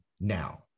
now